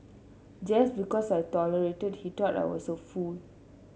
just because I tolerated he thought I was a fool